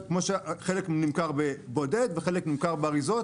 חלק נמכר בבודד וחלק נמכר באריזות,